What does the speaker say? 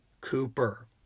Cooper